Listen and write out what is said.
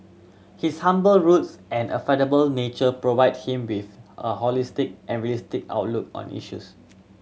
his humble roots and affable nature provide him with a holistic and realistic outlook on issues